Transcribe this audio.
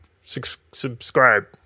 subscribe